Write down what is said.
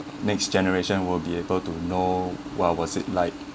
next generation will be able to know well was it like